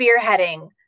spearheading